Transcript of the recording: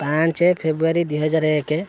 ପାଞ୍ଚ ଫେବୃଆରୀ ଦୁଇ ହଜାର ଏକ